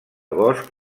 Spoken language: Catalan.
bosc